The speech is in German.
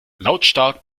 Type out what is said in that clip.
lautstark